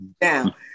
now